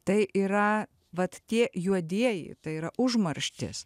tai yra vat tie juodieji tai yra užmarštis